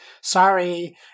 Sorry